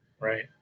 Right